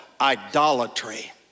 idolatry